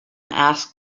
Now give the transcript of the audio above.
asked